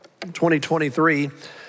2023